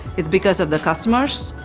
it's because of the customers,